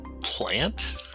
Plant